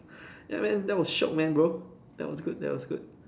ya man that was shiok man bro that was good that was good